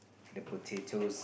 the potatoes